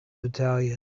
battalion